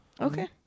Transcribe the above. Okay